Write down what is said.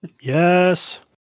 Yes